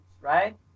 right